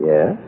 Yes